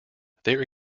there